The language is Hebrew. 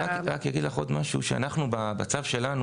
אני רק אגיד לך עוד משהו: בצו שלנו